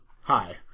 Hi